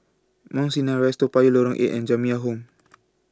Mount Sinai Rise Toa Payoh Lorong eight and Jamiyah Home